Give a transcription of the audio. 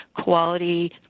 quality